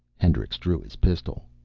hendricks drew his pistol.